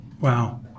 Wow